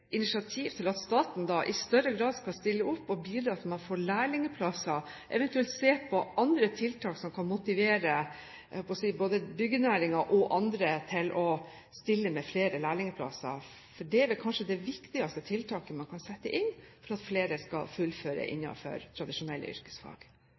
initiativ til at staten i større grad stiller opp og bidrar til at man får lærlingplasser, eventuelt ser på andre tiltak som motiverer både byggenæringen og andre til å stille med flere lærlingplasser? For det er vel kanskje det viktigste tiltaket man kan sette inn for at flere skal fullføre